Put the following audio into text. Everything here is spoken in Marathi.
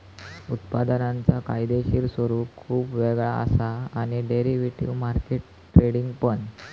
उत्पादनांचा कायदेशीर स्वरूप खुप वेगळा असा आणि डेरिव्हेटिव्ह मार्केट ट्रेडिंग पण